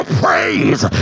praise